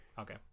Okay